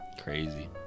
Crazy